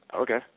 okay